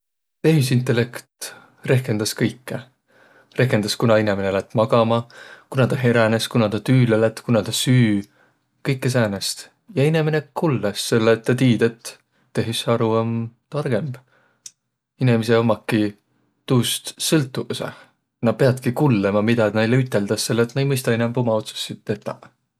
Tehisintellekt rehkendäs kõikõ. Rehkendäs, kuna inemine lätt magama, kuna tä heränes, kuna tä tüüle lätt, kuna tä süü, kõkkõ säänest. Ja inemine kullõs, selle et tä tiid, et tehisaro om targõmb. Inemiseq ommaki tuust sõltuvusõh. Nä piätki kullõma, midä näile üteldäs, selle et nä ei mõistaq inämb uma otsussit tetäq.